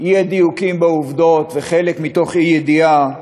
האי-דיוקים בעובדות, חלק מתוך אי-ידיעה,